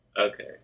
Okay